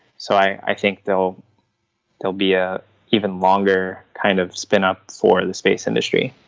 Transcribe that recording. so i think there will be a even longer kind of spin up for the space industry.